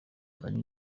anywa